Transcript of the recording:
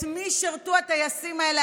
את מי שירתו הטייסים האלה,